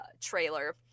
trailer